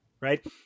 right